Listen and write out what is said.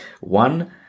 One